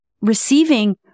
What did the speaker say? receiving